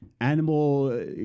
animal